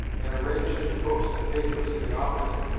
in arranging the books and papers in the office,